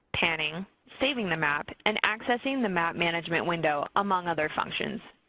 panning, saving the map, and accessing the map management window, among other functions.